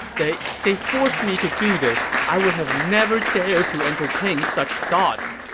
they, they forced me to do this. i would have never dared to entertain such thoughts.